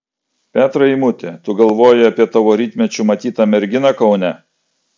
petrai eimuti tu galvoji apie tavo rytmečiu matytą merginą kaune